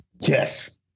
Yes